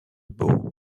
bow